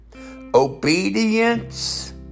obedience